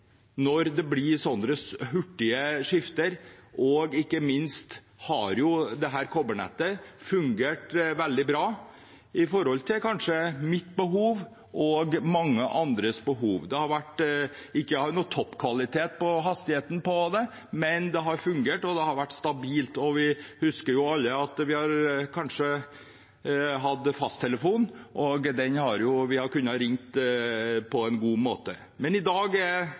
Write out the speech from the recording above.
når det blir så hurtige skifter, og ikke minst har jo kobbernettet fungert veldig bra til mitt behov og mange andres behov. Det har ikke vært noen toppkvalitet på hastigheten, men det har fungert, og det har vært stabilt. Vi husker alle at vi har hatt fasttelefon, og at vi har kunnet ringe den på en god måte. Men i dag er